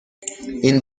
این